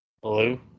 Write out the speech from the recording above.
Blue